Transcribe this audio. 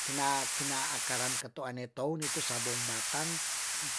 Kina kina akaran katu ane tou nitu sabong batang,